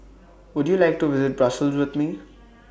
Would YOU like to visit Brussels with Me